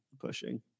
pushing